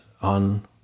on